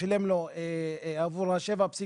הוא שילם לו עבור ה-7.6%,